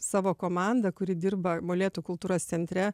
savo komanda kuri dirba molėtų kultūros centre